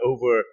Over